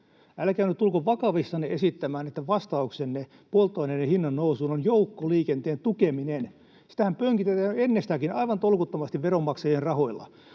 Älkää nyt tulko vakavissanne esittämään, että vastauksenne polttoaineiden hinnannousuun on joukkoliikenteen tukeminen. Sitähän pönkitetään jo ennestäänkin aivan tolkuttomasti veronmaksajien rahoilla.